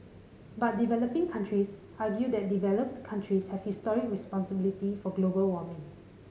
but developing countries argue that developed countries have historic responsibility for global warming